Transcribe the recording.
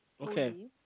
Okay